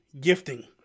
gifting